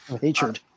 hatred